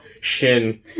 Shin